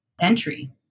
entry